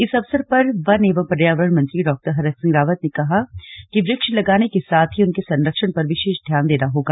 इस अवसर पर वन एवं पर्यावरण मंत्री डॉ हरक सिंह रावत ने कहा कि वृक्ष लगाने के साथ ही उनके संरक्षण पर विशेष ध्यान देना होगा